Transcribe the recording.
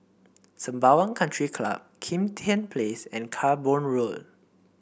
Sembawang Country Club Kim Tian Place and Camborne Road